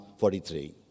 43